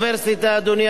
אדוני היושב-ראש,